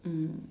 mm